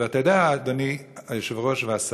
אתה יודע, אדוני היושב-ראש והשר,